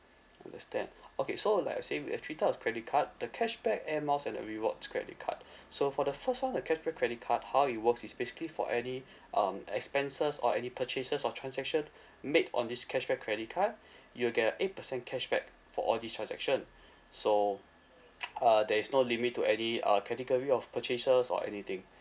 understand okay so like I say we have three type of credit card the cashback air miles and the rewards credit card so for the first one the cashback credit card how it works is basically for any um expenses or any purchases or transaction made on this cashback credit card you'll get eight percent cashback for all these attraction so uh there's no limit to any uh category of purchases or anything